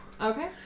Okay